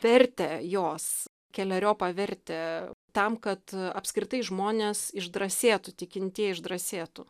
vertę jos keleriopą vertę tam kad apskritai žmonės išdrąsėtų tikintieji išdrąsėtų